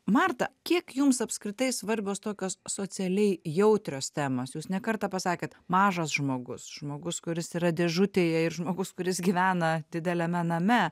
marta kiek jums apskritai svarbios tokios socialiai jautrios temos jūs ne kartą pasakėt mažas žmogus žmogus kuris yra dėžutėje ir žmogus kuris gyvena dideliame name